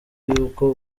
y’uko